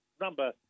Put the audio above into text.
number